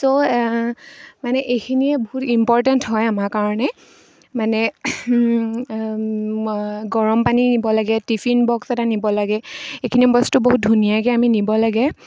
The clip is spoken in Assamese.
ছ' মানে এইখিনিয়ে বহুত ইম্পৰ্টেণ্ট হয় আমাৰ কাৰণে মানে গৰম পানী নিব লাগে টিফিন বক্স এটা নিব লাগে এইখিনি বস্তু বহুত ধুনীয়াকৈ আমি নিব লাগে